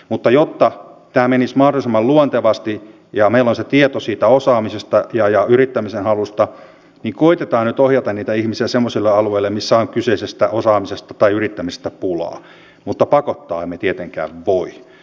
mutta missään tapauksessa hallitus ei ole kategorisoimassa sitä omaishoidon tukemista tai kehittämässä johonkin tiettyyn ikäryhmään vaan päinvastoin nimenomaan haluamme kehittää sitä niin että on sitten vammainen lapsi tai iäkäs vanhempi ketä hoidetaan se koskettaa nimenomaan kaikkia